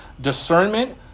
discernment